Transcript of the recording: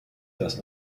dass